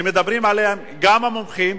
שמדברים עליהן גם המומחים,